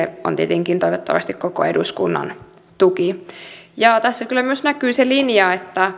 on tietenkin toivottavasti koko eduskunnan tuki tässä kyllä myös näkyy se linja